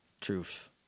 Truth